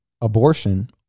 Abortion